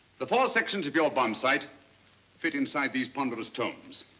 the four sections of your bomb sight fit inside these ponderous tombs,